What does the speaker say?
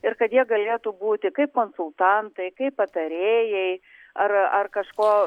ir kad jie galėtų būti kaip konsultantai kaip patarėjai ar ar kažko